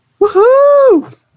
woohoo